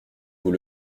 vous